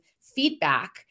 feedback